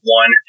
one